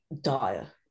dire